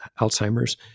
Alzheimer's